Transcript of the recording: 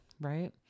right